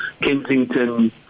Kensington